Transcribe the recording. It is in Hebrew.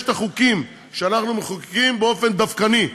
את החוקים שאנחנו מחוקקים באופן דווקני.